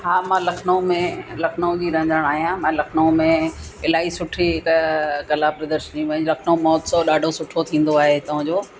हा मां लखनऊ में लखनऊ जी रहंदड़ आहियां मां लखनऊ में इलाही सुठी रीति कला प्रदर्शनी में लखनऊ महोत्सव ॾाढो सुठो थींदो आहे हितां जो